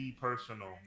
personal